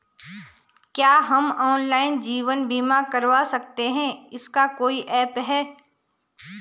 क्या हम ऑनलाइन जीवन बीमा करवा सकते हैं इसका कोई ऐप है?